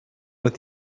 with